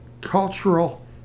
cultural